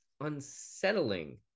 unsettling